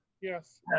Yes